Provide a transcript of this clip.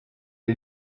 est